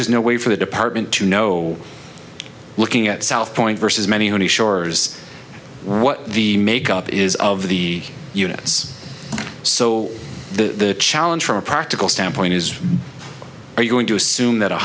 just no way for the department to know looking at southpoint versus many on the shores what the make up is of the units so the challenge from a practical standpoint is are you going to assume that